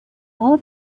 all